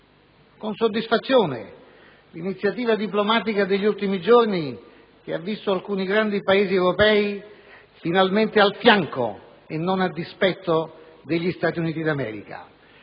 con soddisfazione l'iniziativa diplomatica degli ultimi giorni, che ha visto alcuni grandi Paesi europei finalmente a fianco e non a dispetto degli Stati Uniti d'America.